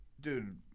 dude